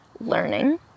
learning